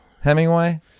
Hemingway